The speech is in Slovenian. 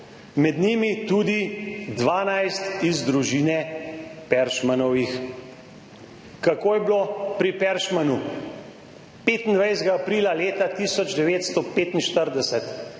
med njimi tudi 12 iz družine Peršmanovih. Kako je bilo pri Peršmanu? 25. aprila leta 1945,